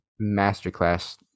masterclass